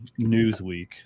Newsweek